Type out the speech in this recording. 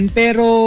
pero